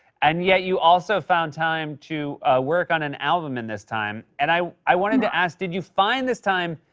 and yet, you also found time to work on an album in this time. and i i wanted to ask, did you find this time,